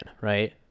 right